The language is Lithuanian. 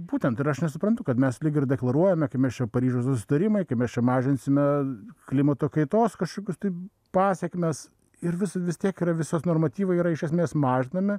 būtent ir aš nesuprantu kad mes lyg ir deklaruojame kaip mes čia paryžiaus susitarimą kaip mes čia mažinsime klimato kaitos kažkokius tai pasekmes ir vis vis tiek yra visi normatyvai yra iš esmės mažinami